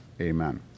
Amen